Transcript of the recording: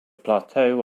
plateau